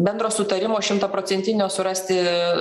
bendro sutarimo šimtaprocentinio surasti